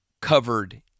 covered